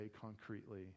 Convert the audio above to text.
concretely